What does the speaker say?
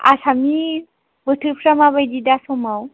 आसामनि बोथोरफ्रा माबायदि दा समाव